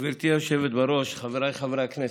גברתי היושבת בראש, חבריי חברי הכנסת,